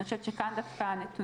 אני חושבת שכאן הנתונים,